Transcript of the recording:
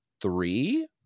three